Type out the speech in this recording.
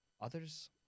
others